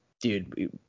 dude